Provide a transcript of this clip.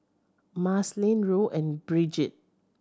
Marceline Roe and Brigid